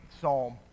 Psalm